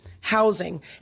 housing